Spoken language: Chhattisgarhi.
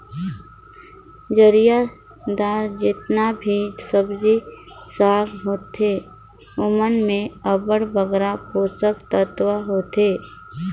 जरियादार जेतना भी सब्जी साग होथे ओमन में अब्बड़ बगरा पोसक तत्व होथे